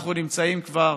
אנחנו נמצאים כבר